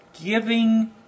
giving